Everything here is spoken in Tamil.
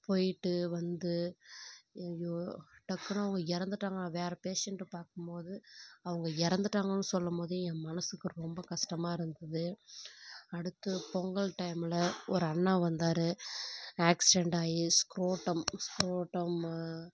போயிட்டு வந்து ஐயோ டக்குனு அவங்க இறந்துட்டாங்க நான் வேறே பேஷண்ட்டை பார்க்கும்போது அவங்க இறந்துட்டாங்கன்னு சொல்லும்போதே என் மனதுக்கு ரொம்ப கஷ்டமா இருந்தது அடுத்து பொங்கல் டைமில் ஒரு அண்ணா வந்தார் ஆக்சிடென்ட் ஆகி ஸ்க்ரோட்டம் ஸ்க்ரோட்டம்மு